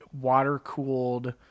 water-cooled